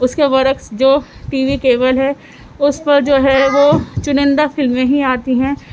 اُس کے برعکس جو ٹی وی کیبل ہے اُس پر جو ہے وہ چُنندہ فلمیں ہی آتی ہیں